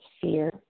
fear